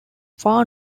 far